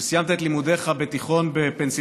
כשסיימת את לימודיך בתיכון בפנסילבניה,